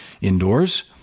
indoors